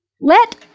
Let